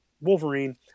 Wolverine